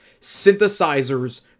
synthesizers